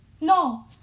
No